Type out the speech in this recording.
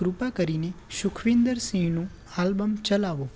કૃપા કરીને સુખવિન્દર સિંહનું આલ્બમ ચલાવો